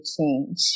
change